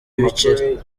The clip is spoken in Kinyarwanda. ibiceri